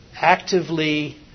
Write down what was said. actively